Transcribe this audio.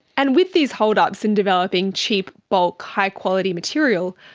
and with these hold-ups in developing cheap bulk high-quality material,